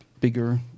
bigger